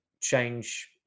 change